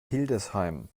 hildesheim